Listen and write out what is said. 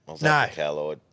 No